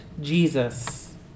Jesus